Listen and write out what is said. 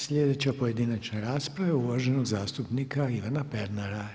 Sljedeća pojedinačna rasprava je uvaženog zastupnika Ivana Pernara.